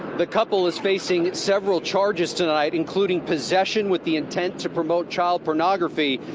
the couple is facing several charges tonight, including possession with the intent to promote child pornography,